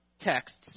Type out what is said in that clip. texts